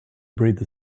breathed